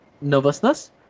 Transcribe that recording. nervousness